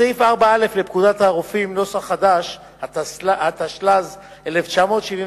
בסעיף 4(א) לפקודת הרופאים , התשל"ז 1976,